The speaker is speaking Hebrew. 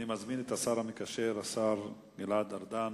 אני מזמין את השר המקשר, השר גלעד ארדן,